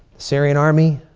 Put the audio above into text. syrian army,